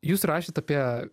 jūs rašėt apie